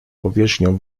powierzchnią